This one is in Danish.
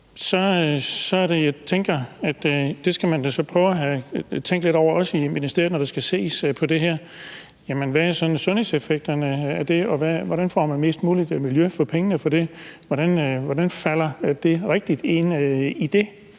prøve at tænke lidt over i ministeriet, når der skal ses på det her: Hvad er sådan sundhedseffekterne af det, og hvordan får man mest muligt miljø for pengene? Hvordan falder det rigtigt ind